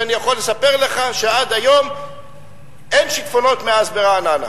ואני יכול לספר לך שמאז עד היום אין שיטפונות ברעננה.